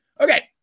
okay